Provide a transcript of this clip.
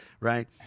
right